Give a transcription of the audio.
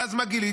ואז מה גיליתי?